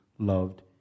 Loved